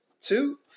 two